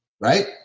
Right